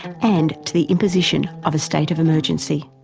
and to the imposition of a state of emergency.